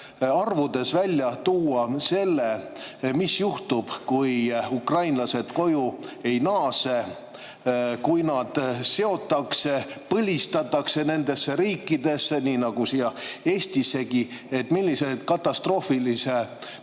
arvudes välja tuua, mis juhtub, kui ukrainlased koju ei naase, kui nad põlistatakse nendesse riikidesse, nii nagu siia Eestissegi. Millise katastroofilise